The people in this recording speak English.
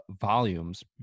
volumes